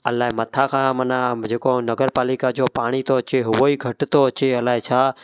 अलाए मथां खां माना जेको नगर पालिका जो पाणी थो अचे उहा ई घटि थो अचे अलाए छा